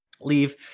leave